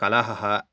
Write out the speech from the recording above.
कलहः